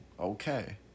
okay